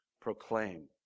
proclaim